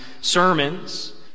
sermons